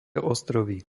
ostrovy